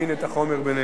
שמכין את החומר בנאמנות.